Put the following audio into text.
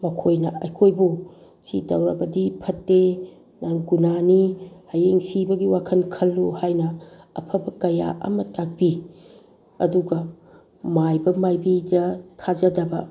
ꯃꯈꯣꯏꯅ ꯑꯩꯈꯣꯏꯕꯨ ꯁꯤ ꯇꯧꯔꯕꯗꯤ ꯐꯠꯇꯦ ꯅꯪ ꯒꯨꯅꯥꯅꯤ ꯍꯌꯦꯡ ꯁꯤꯕꯒꯤ ꯋꯥꯈꯟ ꯍꯜꯂꯨ ꯍꯥꯏꯅ ꯑꯐꯕ ꯀꯌꯥ ꯑꯃ ꯇꯥꯛꯄꯤ ꯑꯗꯨꯒ ꯃꯥꯏꯕ ꯃꯥꯏꯕꯤꯗ ꯊꯥꯖꯗꯕ